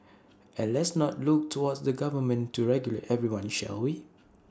and let's not look towards the government to regulate everyone shall we